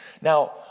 Now